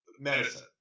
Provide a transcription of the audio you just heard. medicine